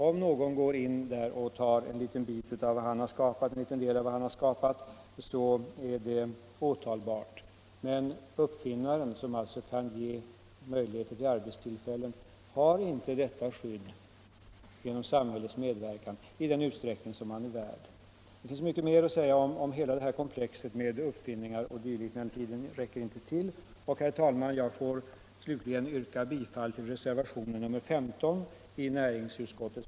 Om någon tar en del av vad han har skapat är det åtalbart. Men uppfinnaren, som alltså kan Näringspolitiken Mindre och medelstora företag Näringspolitiken Mindre och medelstora företag ge möjligheter till arbete, har inte genom samhällets försorg detta skydd i den utsträckning han är värd. Det finns mycket mer att säga om hela detta frågekomplex men tiden räcker inte till det. Herr talman! Jag får härmed yrka bifall till reservationen 15 i närings